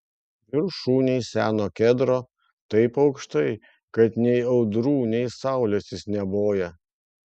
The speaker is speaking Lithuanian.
viršūnėj seno kedro taip aukštai kad nei audrų nei saulės jis neboja